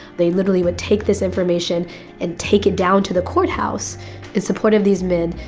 they literally would take this information and take it down to the courthouse in support of these men.